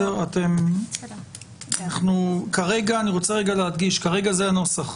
אני רוצה להדגיש, כרגע זה הנוסח.